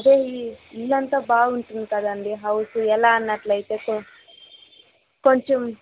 ఈ ఇల్లంతా బాగుంటుంది కదండీ హౌసు ఎలా అన్నట్లయితే కొంచం